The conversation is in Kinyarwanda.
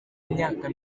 imyaka